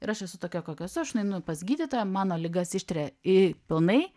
ir aš esu tokia kokia esu aš nueinu pas gydytoją mano ligas ištiria į pilnai